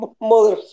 mother